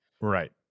Right